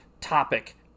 topic